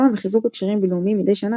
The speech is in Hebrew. וחיזוק הקשרים הבינלאומיים מדי שנה,